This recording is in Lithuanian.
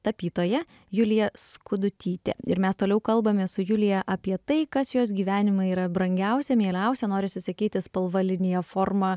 tapytoja julija skudutytė ir mes toliau kalbamės su julija apie tai kas jos gyvenime yra brangiausia mieliausia norisi sakyti spalva linija forma